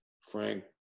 Frank